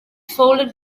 folded